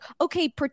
okay